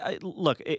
look